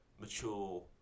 mature